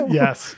yes